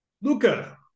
Luca